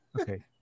okay